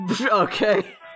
Okay